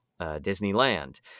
Disneyland